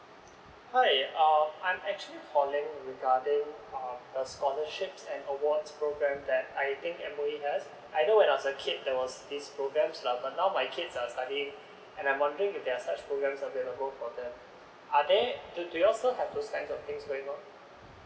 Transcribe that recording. hi um I'm actually calling regarding uh a scholarships and awards programme that I think M_O_E has I know when I was a kid there was these programmes lah but now my kids are studying and i'm wondering if there are such programmes available for them are there do you all still have those kinds of thing going on